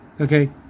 okay